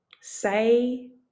Say